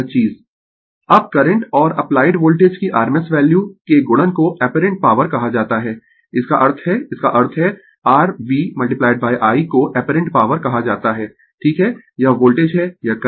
Refer Slide Time 1631 अब current और applied voltage की rms वैल्यूज के गुणन को ऐपरेंट पॉवर कहा जाता है इसका अर्थ है इसका अर्थ है r V I को ऐपरेंट पॉवर कहा जाता है ठीक है यह वोल्टेज है यह करंट है